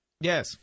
Yes